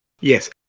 Yes